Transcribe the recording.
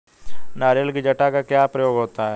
नारियल की जटा का क्या प्रयोग होता है?